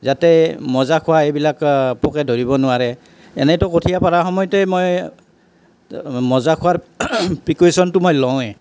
যাতে মজা খোৱা এইবিলাক পোকে ধৰিব নোৱাৰে এনেইটো কঠিয়া পৰা সময়তে মই মজা খোৱাৰ ফ্ৰিকুয়েশ্যনটো মই লওঁৱে